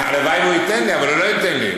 הלוואי שהוא ייתן לי, אבל הוא לא ייתן לי.